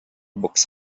books